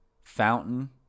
Fountain